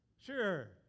Sure